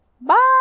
bye